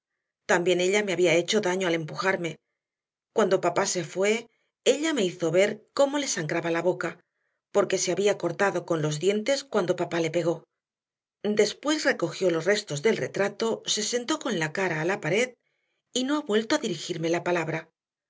también ella me había hecho daño al empujarme cuando papá se fue ella me hizo ver cómo le sangraba la boca porque se había cortado con los dientes cuando papá le pegó después recogió los restos del retrato se sentó con la cara a la pared y no ha vuelto a dirigirme la palabra